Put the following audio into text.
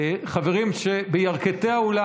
חברים בירכתי האולם,